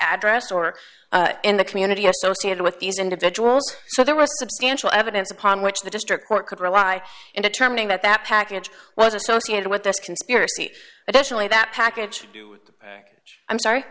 address or in the community associated with these individuals so there were substantial evidence upon which the district court could rely in determining that that package was associated with this conspiracy additionally that package i'm sorry